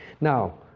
Now